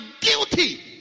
guilty